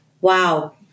Wow